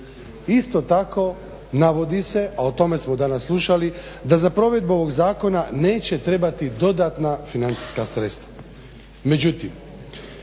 Isto tako navodi se, a o tome smo danas slušali, da za provedbu ovog zakona neće trebati dodatna financijska sredstva.